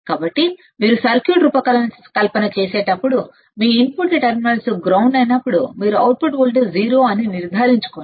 కాబట్టి మీరు సర్క్యూట్ రూపకల్పన చేసేటప్పుడు మీ ఇన్పుట్ టెర్మినల్స్ గ్రౌండ్ అయినప్పుడు మీరు అవుట్పుట్ వోల్టేజ్ 0 అని నిర్ధారించుకోండి